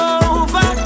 over